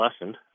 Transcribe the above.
lessened